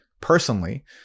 personally